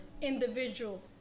individual